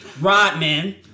Rodman